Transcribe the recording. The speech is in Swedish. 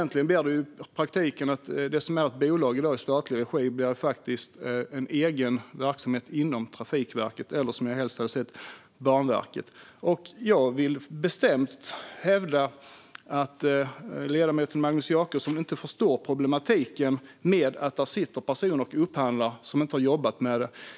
I praktiken blir det så att det som i dag är ett bolag i statlig regi blir en egen verksamhet inom Trafikverket eller, som jag helst hade sett, Banverket. Jag vill bestämt hävda att ledamoten Magnus Jacobsson inte förstår problematiken med att det sitter personer och upphandlar som inte har jobbat med detta.